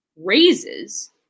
raises